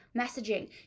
messaging